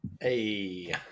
Hey